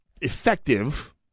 effective